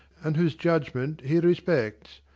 and whose judgment he respects.